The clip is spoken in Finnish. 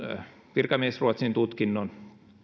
virkamiesruotsin tutkinnon